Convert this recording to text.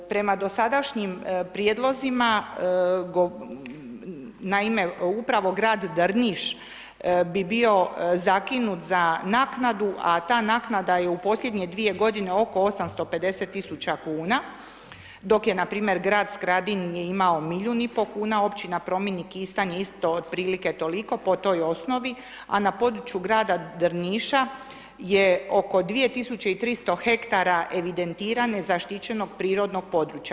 Prema dosadašnjim prijedlozima naime upravo grad Drniš bi bio zakinut za naknadu, a ta naknada je u posljednje dvije godine oko 850.000 kuna, dok je npr. grad Skradin je imao milijun i po kuna, općina Prominik, Kistanje isto otprilike toliko po toj osnovi, a na području grada Drniša je ono 2.300 hektara evidentirano zaštićenog prirodnog područja.